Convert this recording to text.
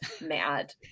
mad